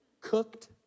cooked